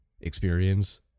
experience